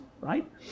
right